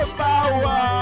power